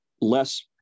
less